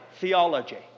theology